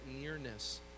nearness